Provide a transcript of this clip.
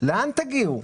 לאן תגיעו?